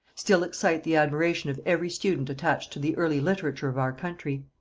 still excite the admiration of every student attached to the early literature of our country.